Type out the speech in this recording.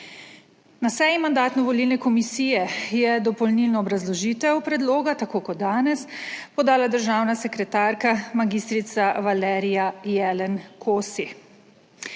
Na seji Mandatno-volilne komisije je dopolnilno obrazložitev predloga tako kot danes podala državna sekretarka mag. Valerija Jelen Kosi.